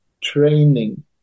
training